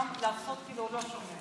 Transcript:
לעשות כאילו הוא לא שומע.